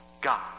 God